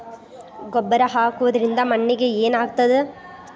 ಗೊಬ್ಬರ ಹಾಕುವುದರಿಂದ ಮಣ್ಣಿಗೆ ಏನಾಗ್ತದ?